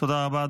תודה רבה.